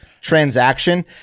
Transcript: transaction